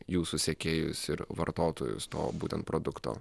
jūsų sekėjus ir vartotojus to būtent produkto